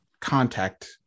contact